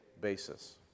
basis